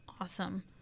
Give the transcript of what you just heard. Awesome